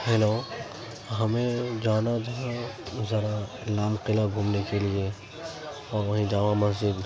hello ہمیں جانا تھا ذرا لال قلعہ گھومنے کے لیے اور وہیں جامع مسجد